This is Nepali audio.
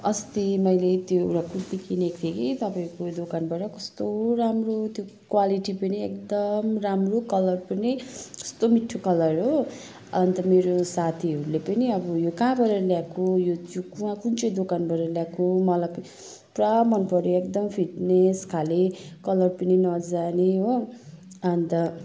अस्ति मैले त्यो एउटा कुर्ती किनेको थिएँ कि तपाईँहरूको उयो दोकानबाट कस्तो राम्रो त्यो क्वालेटी पनि एकदम राम्रो कलर पनि कस्तो मिठो कलर हो अन्त मेरो साथीहरूले पनि अब यो कहाँबाट ल्याएको यो चाहिँ कुन चाहिँ दोकानबाट ल्याएको मलाई प पुरा मन पऱ्यो एकदम फिट्नेस खाले कलर पनि नजाने हो अन्त